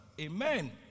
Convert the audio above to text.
Amen